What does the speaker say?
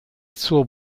zur